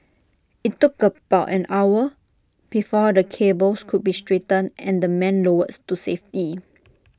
IT took about an hour before the cables could be straightened and the men lowered to safety